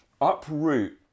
uproot